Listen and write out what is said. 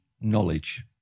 knowledge